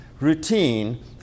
routine